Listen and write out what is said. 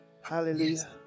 Hallelujah